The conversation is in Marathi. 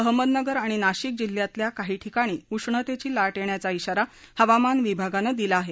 अहमदनगर आणि नाशिक जिल्ह्यातल्या काही ठिकाणी तापमानात वाढ होण्याचा इशारा हवामान विभागानं दिला आहे